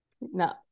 No